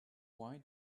why